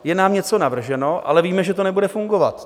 Je nám něco navrženo, ale víme, že to nebude fungovat.